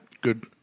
good